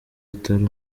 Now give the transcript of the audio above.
atari